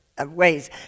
ways